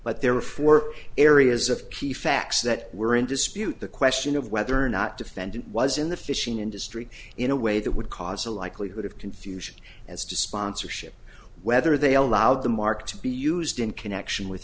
but there were four areas of key facts that were in dispute the question of whether or not defendant was in the fishing industry in a way that would cause a likelihood of confusion as to sponsorship whether they allowed the mark to be used in connection with